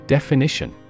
Definition